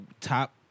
top